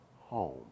home